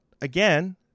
again